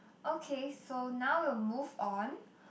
okay so now we'll move on